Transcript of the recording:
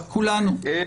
כולנו.